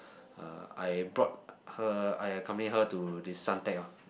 uh I brought her I accompanied her to this Suntec lor